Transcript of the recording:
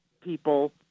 people